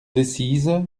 decize